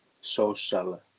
social